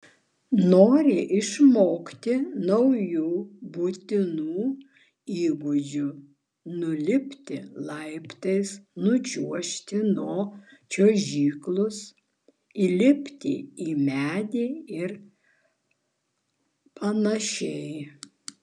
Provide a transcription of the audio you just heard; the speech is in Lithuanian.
nori išmokti naujų būtinų įgūdžių nulipti laiptais nučiuožti nuo čiuožyklos įlipti į medį ir panašiai